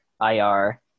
IR